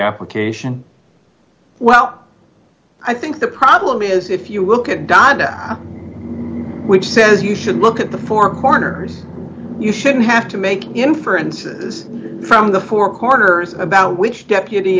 application well i think the problem is if you look at donna which says you should look at the four corners you shouldn't have to make inferences from the poor corners about which deputy